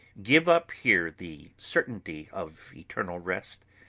give up here the certainty of eternal rest,